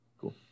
cool